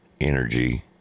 energy